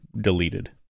deleted